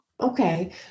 Okay